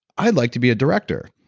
i'd like to be a director.